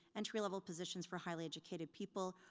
entry-level positions for highly educated people,